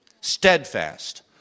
steadfast